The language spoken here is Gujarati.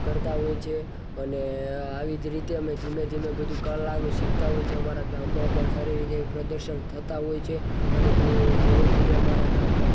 કરતા હોય છે અને આવી જ રીતે અમે જીવનમાં બધું કલાનું શીખતા હોય છે અને અમારા કામમાં પણ થાય છે અને પ્રદર્શન થતા હોય છે અને જે ધીરે ધીરે અમારા ગામમાં